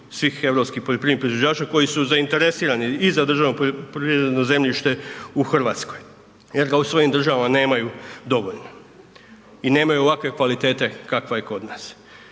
svih europskih poljoprivrednih proizvođača koji su zainteresirani i za državno poljoprivredno zemljište u RH jer ga u svojim državama nemaju dovoljno i nemaju ovakve kvalitete kakva je kod nas,